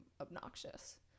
obnoxious